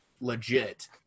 legit